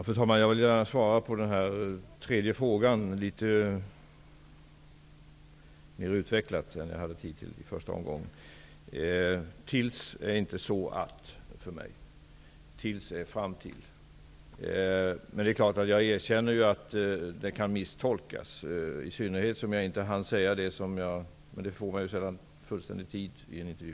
Fru talman! På den tredje frågan vill jag gärna svara litet mer utvecklat än vad jag hade tid till i första omgången. ''Tills'' är för mig inte detsamma som ''så att''. ''Tills'' innebär ''fram till''. Men det är klart att jag erkänner att det kan misstolkas, i synnerhet som jag inte hann säga det som jag hade tänkt, men man får ju sällan fullständig tid i en intervju.